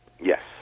Yes